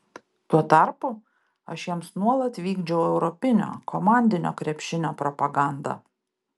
tuo tarpu aš jiems nuolat vykdžiau europinio komandinio krepšinio propagandą